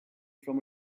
from